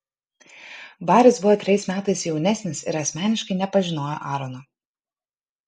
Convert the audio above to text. baris buvo trejais metais jaunesnis ir asmeniškai nepažinojo aarono